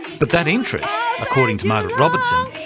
but that interest, according to margaret robertson,